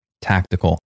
Tactical